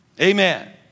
Amen